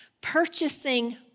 purchasing